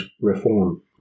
reform